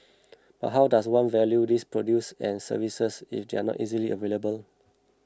but how does one value these produce and services if they are not easily available